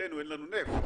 לשמחתנו אין לנו נפט,